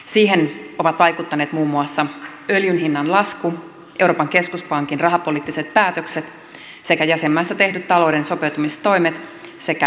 siihen ovat vaikuttaneet muun muassa öljyn hinnan lasku euroopan keskuspankin rahapoliittiset päätökset sekä jäsenmaissa tehdyt talouden sopeutumistoimet sekä rakenneuudistukset